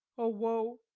o woe!